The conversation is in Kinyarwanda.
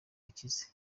akize